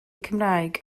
cymraeg